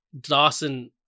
Dawson